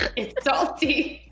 it's salty.